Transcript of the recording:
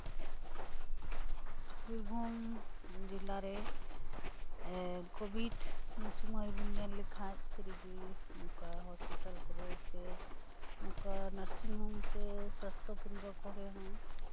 ᱵᱤᱨᱵᱷᱩᱢ ᱡᱮᱞᱟᱨᱮ ᱠᱳᱵᱷᱤᱰ ᱥᱚᱢᱚᱭ ᱵᱚᱱ ᱧᱮᱞ ᱞᱮᱠᱷᱟᱱ ᱥᱟᱹᱨᱤᱜᱮ ᱱᱚᱝᱠᱟ ᱦᱚᱥᱯᱤᱴᱟᱞ ᱠᱚᱨᱮ ᱥᱮ ᱱᱚᱝᱠᱟ ᱱᱟᱨᱥᱤᱝ ᱦᱳᱢ ᱥᱮ ᱥᱟᱥᱛᱷᱚ ᱠᱮᱱᱫᱽᱨᱚ ᱠᱚᱨᱮ ᱦᱚᱸ